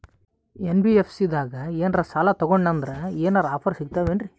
NBFC ದಾಗ ಏನ್ರ ಸಾಲ ತೊಗೊಂಡ್ನಂದರ ಏನರ ಆಫರ್ ಸಿಗ್ತಾವೇನ್ರಿ?